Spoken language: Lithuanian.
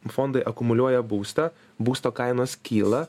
fondai akumuliuoja būstą būsto kainos kyla